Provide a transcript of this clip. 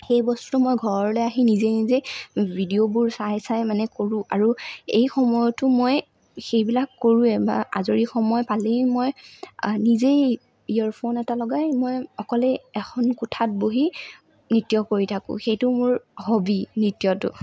সেই বস্তুটো মই ঘৰলৈ আহি নিজে নিজে ভিডিঅ'বোৰ চাই চাই মানে কৰোঁ আৰু এই সময়তো মই সেইবিলাক কৰোৱেই বা আজৰি সময় পালেই মই নিজেই ইয়েৰফোন এটা লগাই মই অকলে এখন কোঠাত বহি নৃত্য় কৰি থাকোঁ সেইটো মোৰ হবী নৃত্য়টো